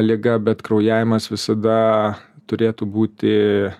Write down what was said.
liga bet kraujavimas visada turėtų būti